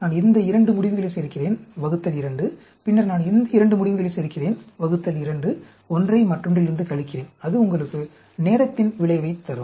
நான் இந்த 2 முடிவுகளை சேர்க்கிறேன் ÷ 2 பின்னர் நான் இந்த 2 முடிவுகளை சேர்க்கிறேன் ÷ 2 ஒன்றை மற்றொன்றிலிருந்து கழிக்கிறேன் அது உங்களுக்கு நேரத்தின் விளைவைத் தரும்